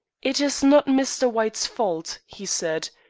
it is not mr. white's fault, he said,